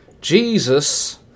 Jesus